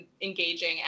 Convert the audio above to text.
engaging